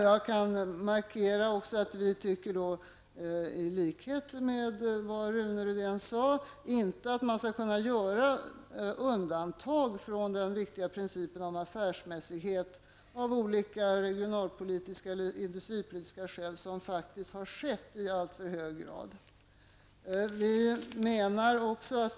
Jag kan också markera att vi, i likhet med vad Rune Rydén sade, tycker att man inte av regionalpolitiska eller industripolitiska skäl skall kunna göra undantag från den viktiga principen om affärsmässighet, vilket faktiskt i alltför hög grad har skett.